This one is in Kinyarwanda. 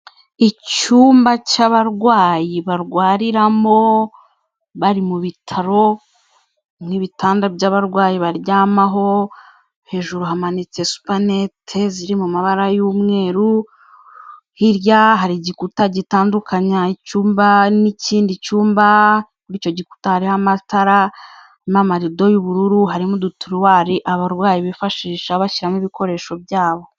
Icyumba cy'abarwayi barwariramo bari mu bitaro nk'ibitanda by'abarwayi baryamaho, hejuru hamanitse supanete ziri mu mabara y'umweru, hirya hari igikuta gitandukanya icyumba n'ikindi cyumba, kuri icyo gikuta hariho amatara n'amarido y'ubururu, harimo uduturuwari abarwayi bifashisha bashyiramo ibikoresho byabo.